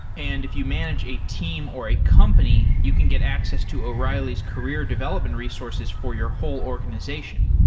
and if you manage a team or a company, you can get access to o'reilly's career development resources for your whole organization.